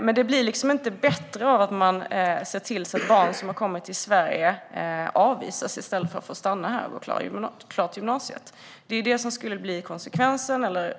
Men det blir inte bättre av att man ser till att barn som har kommit till Sverige avvisas i stället för att få stanna här och gå klart gymnasiet. Det är ju det som skulle bli konsekvensen.